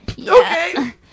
okay